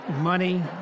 money